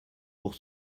pour